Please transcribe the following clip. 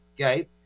okay